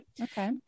okay